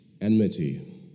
enmity